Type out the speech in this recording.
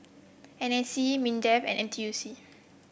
N A C Mindefand N T U C